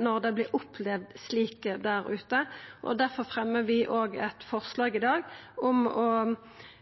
når det vert opplevt slik der ute, og derfor fremjar vi òg eit forslag i dag om å greia ut og fremja